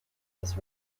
was